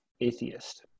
atheist